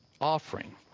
offering